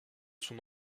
son